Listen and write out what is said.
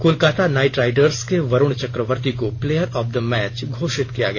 Kolkata knight riders के वरुण चक्रवर्ती को player of the match घोषित किया गया